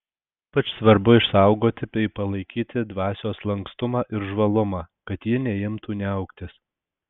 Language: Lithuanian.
ypač svarbu išsaugoti bei palaikyti dvasios lankstumą ir žvalumą kad ji neimtų niauktis